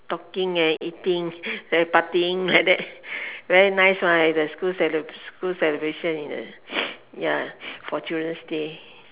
talking and eating then partying like that very nice one it's a school celeb~ school celebration ya for children's day